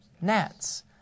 Gnats